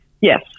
Yes